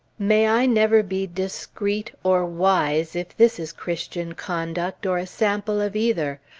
may i never be discreet, or wise, if this is christian conduct, or a sample of either!